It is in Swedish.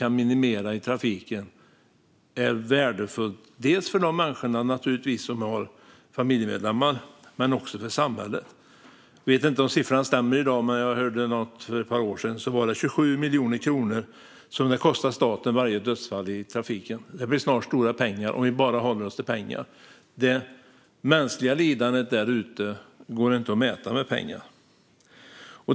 Varje dödsfall vi kan undvika är värdefullt, dels naturligtvis för de människor som har familjemedlemmar och dels för samhället. Jag vet inte om siffrorna stämmer i dag, men för ett par år sedan hörde jag att varje dödsfall i trafiken kostar staten 27 miljoner kronor. Det blir snabbt stora pengar om vi bara håller oss till pengar. Det mänskliga lidandet där ute går inte att mäta i pengar.